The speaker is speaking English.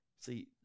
see